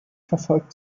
verfolgt